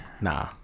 nah